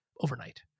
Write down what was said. overnight